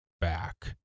back